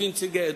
לפי נציגי עדות.